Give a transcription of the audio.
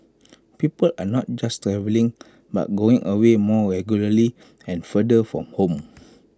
people are not just travelling but going away more regularly and farther from home